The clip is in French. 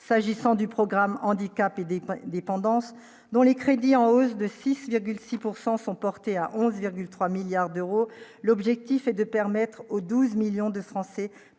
s'agissant du programme handicapé dépendance dont les crédits en hausse de 6,6 pourcent sont portées à 11,3 milliards d'euros, l'objectif est de permettre aux 12 millions de Français